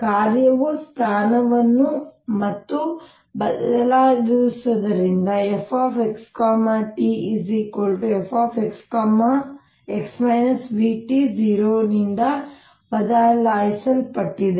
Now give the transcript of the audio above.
ಕಾರ್ಯವು ಸ್ಥಾನವನ್ನು ಮಾತ್ರ ಬದಲಾಯಿಸಿರುವುದರಿಂದ ಇದು fx t f x vt 0 ನಿಂದ ಬದಲಾಯಿಸಲ್ಪಟ್ಟಿದೆ